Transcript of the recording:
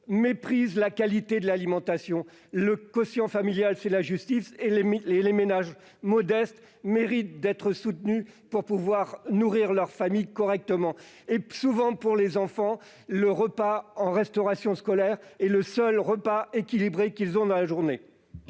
méprisent la qualité de l'alimentation. Le quotient familial, c'est la justice ! Les ménages modestes méritent de pouvoir nourrir leur famille correctement. Très souvent, pour les enfants, le repas au restaurant scolaire est leur seul repas équilibré de la journée.